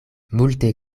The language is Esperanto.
multe